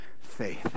Faith